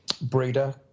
breeder